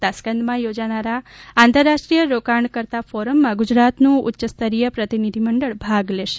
તાશ્કંદમાં યોજનારા આંતરરાષ્ટ્રીય રોકાણકર્તા ફોરમમાં ગુજરાતનું ઉચ્યસ્તરીય પ્રતિનિધિમંડળ ભાગ લેશે